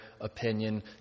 opinion